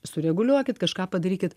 sureguliuokit kažką padarykit